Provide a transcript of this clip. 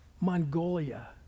Mongolia